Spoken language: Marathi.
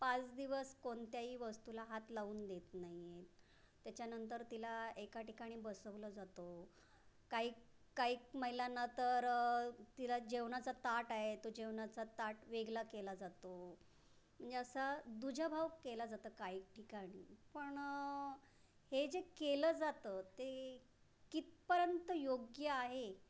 पाच दिवस कोणत्याही वस्तूला हात लावून देत नाहीत तेच्यानंतर तिला एका ठिकाणी बसवलं जातं काई काईक महिलांना तर तिला जेवणाचा ताट आहे तो जेवणाचा ताट वेगळा केला जातो म्हणजे असा दुजाभाव केला जातो काही ठिकाणी पण हे जे केलं जातं ते कितपर्यंत योग्य आहे